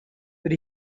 that